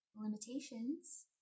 limitations